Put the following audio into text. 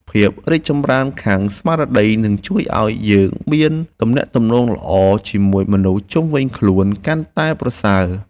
ភាពរីកចម្រើនខាងស្មារតីនឹងជួយឱ្យយើងមានទំនាក់ទំនងល្អជាមួយមនុស្សជុំវិញខ្លួនកាន់តែប្រសើរ។